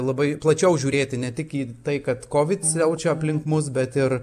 labai plačiau žiūrėti ne tik į tai kad kovid siaučia aplink mus bet ir